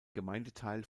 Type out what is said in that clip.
gemeindeteil